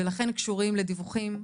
ולכן קשור לדיווחים,